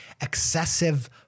excessive